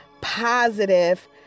positive